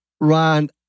run